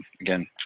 again